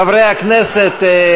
חברי הכנסת,